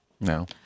No